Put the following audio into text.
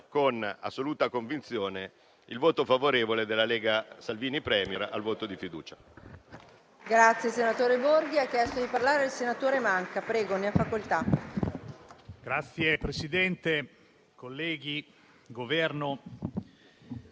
Signora Presidente, colleghi, Governo,